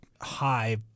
high